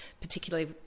particularly